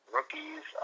Rookies